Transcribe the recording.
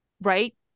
right